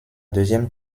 deuxième